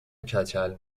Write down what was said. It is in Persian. کچل